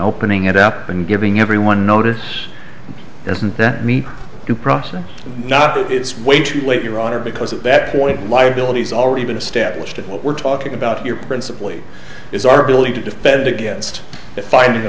opening it up and giving everyone noted isn't that neat to process not that it's way too late your honor because at that point liability is already been established and what we're talking about here principally is our ability to defend against a finding